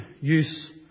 use